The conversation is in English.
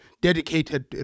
dedicated